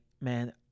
man